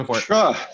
Sure